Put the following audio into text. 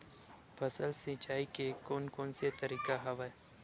फसल सिंचाई के कोन कोन से तरीका हवय?